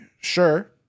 Sure